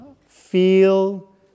Feel